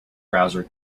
browser